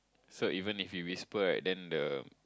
so even if he whisper and then the